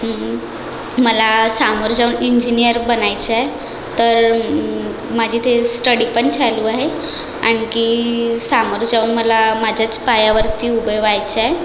मला सामोरं जाऊन इंजीनियर बनायचं आहे तर माझी ते स्टडी पण चालू आहे आणखी सामोरं जाऊन मला माझ्याच पायावरती उभे व्हायचं आहे